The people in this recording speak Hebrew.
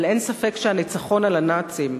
אבל אין ספק שהניצחון על הנאצים,